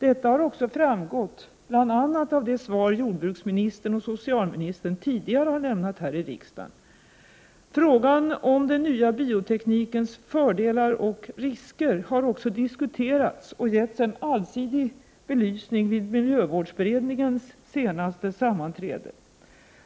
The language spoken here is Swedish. Detta har också framgått bl.a. av de svar jordbruksministern och socialministern tidigare har lämnat här i riksdagen. Frågan om den nya bioteknikens fördelar och risker har också diskuterats och getts en allsidig belysning vid miljövårdsberedningens senaste sammanträde.